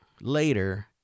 later